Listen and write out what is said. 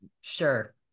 sure